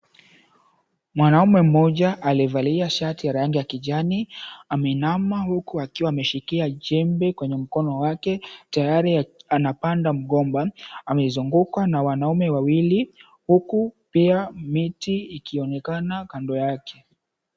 Mwanaume mmoja aliyevalia shati ya rangi ya kijani ameinama huku akiwa ameshikia jembe kwenye mkono wake, tayari anapanda mgomba, amezungukwa na wanaume wawili huku pia miti ikionekana kando yake.